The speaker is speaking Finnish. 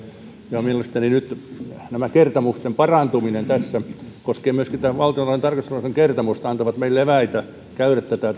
mielestäni nyt tämä kertomusten parantuminen tässä koskien myöskin tätä valtiontalouden tarkastusviraston kertomusta antaa meille eväitä käydä tätä